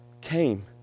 came